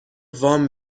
وام